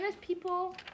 people